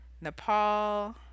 Nepal